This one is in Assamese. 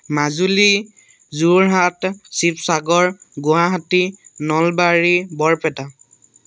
মাজুলী যোৰহাট শিৱসাগৰ গুৱাহাটী নলবাৰী বৰপেটা